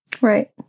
Right